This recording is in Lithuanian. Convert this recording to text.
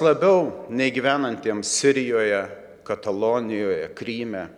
labiau nei gyvenantiems sirijoje katalonijoje kryme